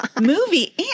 movie